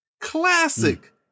classic